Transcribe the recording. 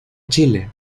chile